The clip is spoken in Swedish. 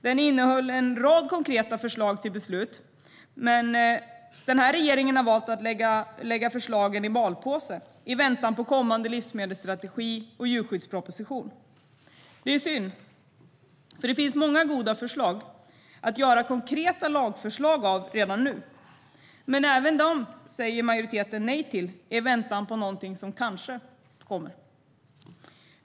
Den innehöll en rad konkreta förslag till beslut, men regeringen har valt att lägga förslagen i malpåse i väntan på kommande livsmedelsstrategi och djurskyddsproposition. Det är synd, för det finns många goda förslag att göra konkreta lagförslag av redan nu. Men även dem säger majoriteten nej till i väntan på något som kanske kommer.